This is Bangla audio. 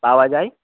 পাওয়া যায়